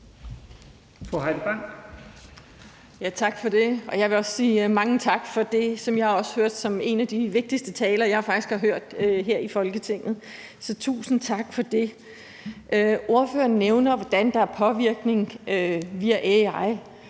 Tak for det. Jeg vil også sige mange tak for det, som jeg også hørte som en af de vigtigste taler, jeg faktisk har hørt her i Folketinget. Så tusind tak for det. Ordføreren nævner, hvordan der er en påvirkning via